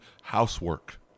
housework